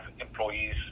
employees